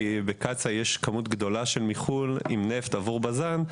כי בקצא"א יש כמות גדולה של מכלים עם נפט עבור בז"ן.